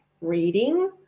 reading